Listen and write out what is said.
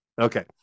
okay